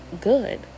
good